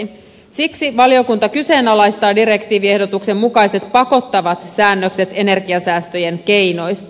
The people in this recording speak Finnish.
siksi valiokunta kyseenalaistaa direktiiviehdotuksen mukaiset pakottavat säännökset energiasäästöjen keinoista